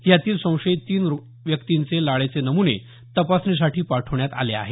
यातील संशयीत तीन व्यक्तींचे लाळेचे नमुने तपासणीसाठी पाठवण्यात आले आहेत